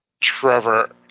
Trevor